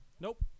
Nope